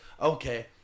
Okay